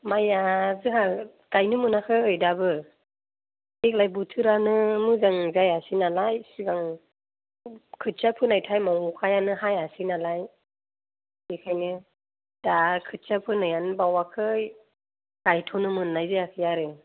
माइआ जोंहा गायनो मोनाखै दाबो देग्लाय बोथोरानो मोजां जायासै नालाय सिगां खोथिया फोनाय टाइमाव अखायानो हायासै नालाय बेखायनो दा खोथिया फोनायानो बावाखै गायथ'नो मोननाय जायासै आरो